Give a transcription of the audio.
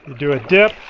do a dip,